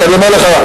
כי אני אומר לך,